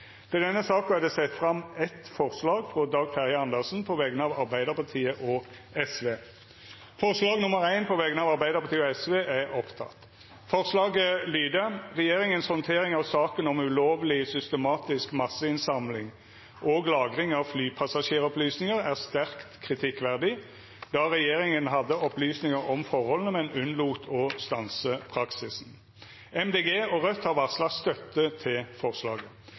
til å gå til votering over sakene på dagens kart. Under debatten har Dag Terje Andersen sett fram eit forslag på vegner av Arbeidarpartiet og Sosialistisk Venstreparti. Forslaget lyder: «Regjeringens håndtering av saken om ulovlig systematisk masseinnsamling og -lagring av flypassasjeropplysninger er sterkt kritikkverdig, da regjeringen hadde opplysninger om forholdene, men unnlot å stanse praksisen.» Miljøpartiet Dei Grøne og Raudt har varsla støtte til forslaget.